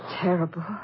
terrible